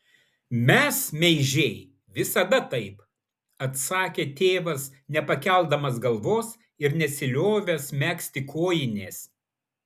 mes meižiai visada taip atsakė tėvas nepakeldamas galvos ir nesiliovęs megzti kojinės